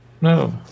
No